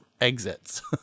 exits